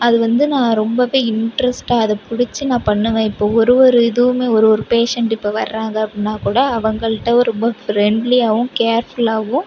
அது வந்து நான் ரொம்பவே இன்ட்ரெஸ்ட்டாக அதை பிடிச்சி நான் பண்ணுவேன் இப்போ ஒரு ஒரு இதுவுமே ஒரு ஒரு பேஷண்ட் இப்போ வராங்க அப்படினா கூட அவங்கள்கிட்ட ரொம்ப ஃப்ரெண்ட்லியாகவும் கேர்ஃபுல்லாகவும்